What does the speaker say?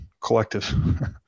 collective